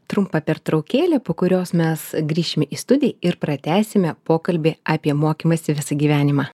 trumpą pertraukėlę po kurios mes grįšim į studij ir pratęsime pokalbį apie mokymąsi visą gyvenimą